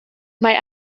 mae